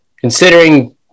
considering